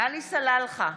עלי סלאלחה,